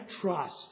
trust